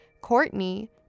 Courtney